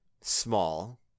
small